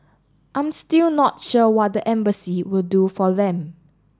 I'm still not sure what the embassy will do for them